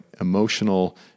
emotional